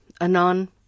Anon